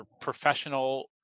professional